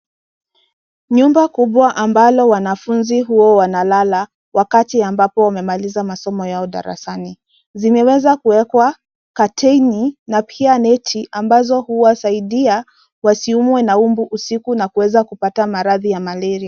Nyumba kubwa ambalo wanafunzi huwa wanalala wakati ambapo wamemaliza masomo yao darasani zimeweza kuwekwa kateini na pia neti ambazo huwasaidia wasiumwe na mbu usiku na kuweza kupata maradhi ya malaria.